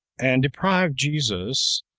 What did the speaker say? and deprived jesus,